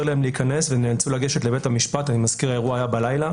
להם להיכנס והם נאלצו לגשת לבית המשפט אני מזכיר שהאירוע היה בלילה